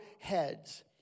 heads